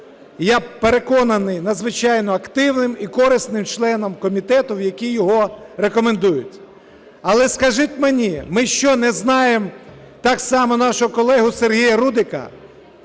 я переконаний, надзвичайно активним і корисним членом комітету, в який його рекомендують. Але скажіть мені, ми що, не знаємо так само нашого колегу Сергія Рудика?